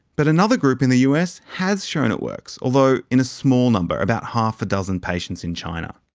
but another group in the us has shown it works, although in a small number about half a dozen patients in china.